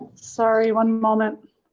sorry, one moment.